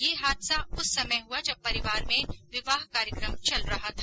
यह हादसा उस समय हुआ जब परिवार में विवाह कार्यक्रम चल रहा था